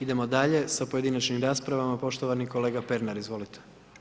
Idemo dalje, sa pojedinačnim raspravama, poštovani kolega Pernar, izvolite.